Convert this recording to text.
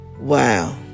Wow